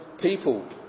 people